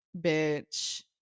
bitch